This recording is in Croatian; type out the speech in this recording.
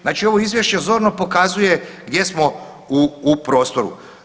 Znači ovo Izvješće zorno pokazuje gdje smo u prostoru.